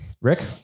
Rick